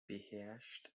beherrscht